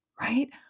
right